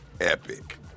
epic